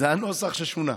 זה הנוסח ששונה.